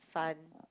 fun